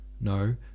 No